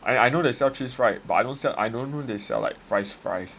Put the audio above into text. I know I know they sell cheese fries but that I don't know they sell like fries fries